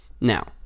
Now